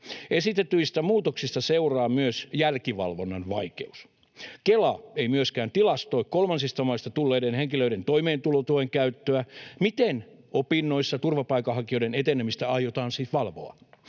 Esitetyistä muutoksista seuraa myös jälkivalvonnan vaikeus. Kela ei myöskään tilastoi kolmansista maista tulleiden henkilöiden toimeentulotuen käyttöä. Miten opinnoissa turvapaikanhakijoiden etenemistä aiotaan siis valvoa?